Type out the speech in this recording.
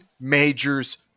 Majors